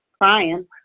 crying